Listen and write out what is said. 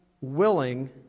willing